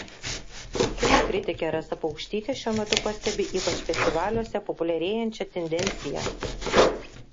kino kritikė rasa paukštytė šiuo metu pastebi ypač festivaliuose populiarėjančią tendenciją